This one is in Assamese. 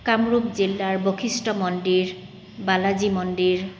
কামৰূপ জিলাৰ বশিষ্ট মন্দিৰ বালাজী মন্দিৰ